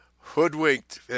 hoodwinked